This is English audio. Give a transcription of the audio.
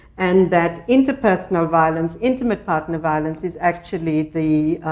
and that interpersonal violence, intimate partner violence, is actually the